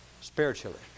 spiritually